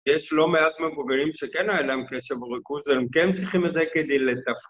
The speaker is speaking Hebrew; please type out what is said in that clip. יש לא מעט מבוגרים שכן היה להם קשב וריכוז והם כן צריכים את זה כדי לטפל